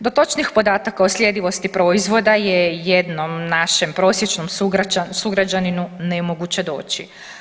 Do točnih podataka o sljedivosti proizvoda je jednom našem prosječnom sugrađaninu nemoguće doći.